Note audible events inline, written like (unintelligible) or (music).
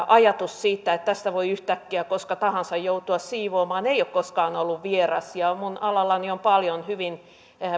(unintelligible) ajatus siitä että tästä voi yhtäkkiä koska tahansa joutua siivoamaan ei ole koskaan ollut vieras ja minun alallani on paljon hyvin